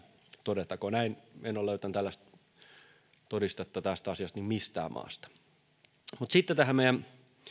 todettakoon näin en ole löytänyt tällaista todistetta tästä asiasta mistään maasta mutta sitten tähän meidän